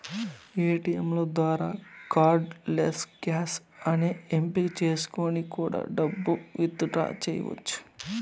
ఏటీయంల ద్వారా cardless cash అనే ఎంపిక చేసుకొని కూడా డబ్బు విత్ డ్రా చెయ్యచ్చు